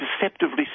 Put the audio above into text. deceptively